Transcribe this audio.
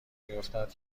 بیفتد